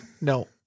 No